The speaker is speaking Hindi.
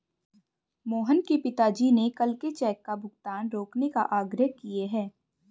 मोहन के पिताजी ने कल के चेक का भुगतान रोकने का आग्रह किए हैं